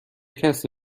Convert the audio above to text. کسی